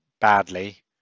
badly